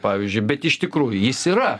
pavyzdžiui bet iš tikrųjų jis yra